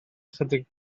ychydig